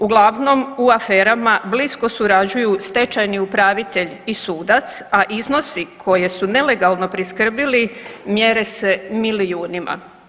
Uglavnom u aferama blisko surađuju stečajni upravitelj i sudac, a iznosi koje su nelegalno priskrbili mjere se milijunima.